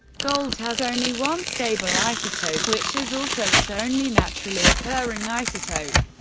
gold has only one stable isotope, which is also its only naturally occurring isotope,